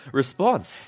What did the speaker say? response